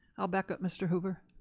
i'll backup mr. hoover.